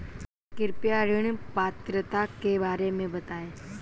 कृपया ऋण पात्रता के बारे में बताएँ?